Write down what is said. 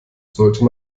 sollte